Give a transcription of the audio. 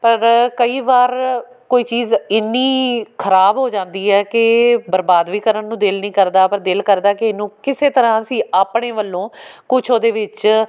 ਪਰ ਕਈ ਵਾਰ ਕੋਈ ਚੀਜ਼ ਇੰਨੀ ਖ਼ਰਾਬ ਹੋ ਜਾਂਦੀ ਹੈ ਕਿ ਬਰਬਾਦ ਵੀ ਕਰਨ ਨੂੰ ਦਿਲ ਨਹੀਂ ਕਰਦਾ ਪਰ ਦਿਲ ਕਰਦਾ ਕਿ ਇਹਨੂੰ ਕਿਸੇ ਤਰ੍ਹਾਂ ਅਸੀਂ ਆਪਣੇ ਵੱਲੋਂ ਕੁਛ ਉਹਦੇ ਵਿੱਚ